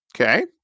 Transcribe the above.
Okay